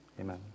Amen